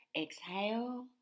exhale